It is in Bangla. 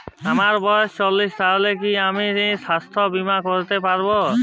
আমার বয়স চল্লিশ বছর তাহলে কি আমি সাস্থ্য বীমা করতে পারবো?